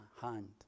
hand